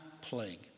plague